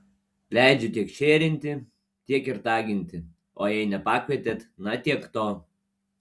leidžiu tiek šėrinti tiek ir taginti o jei nepakvietėt na tiek to